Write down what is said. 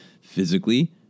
physically